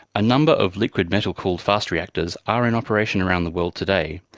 a number of liquid metal-cooled fast reactors are in operation around the world today,